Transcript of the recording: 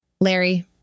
Larry